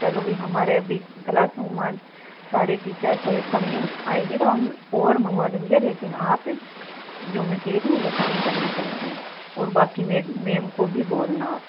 चलो भई हमारे अभी क्लास सारे टीचर्स हैं कमी आएगी तो हम और मँगवा लेंगे लेकिन आप जो मैं कह रही हूँ वह काम करना कल से और बाकी मै मेम को भी बोलना